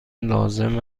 لازم